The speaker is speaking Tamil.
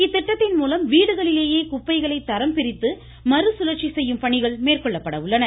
இத்திட்டத்தின் மூலம் வீடுகளிலேயே குப்பைகளை தரம் பிரித்து மறு குழற்சி செய்யும் பணிகள் மேற்கொள்ளப்பட உள்ளன